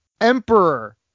Emperor